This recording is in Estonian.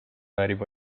väärib